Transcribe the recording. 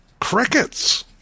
Crickets